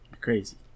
Crazy